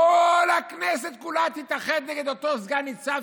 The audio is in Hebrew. כל הכנסת כולה תתאחד נגד אותו סגן ניצב